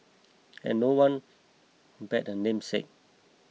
and no one compared him namesake